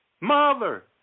mother